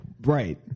Right